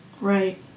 Right